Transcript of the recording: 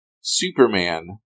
Superman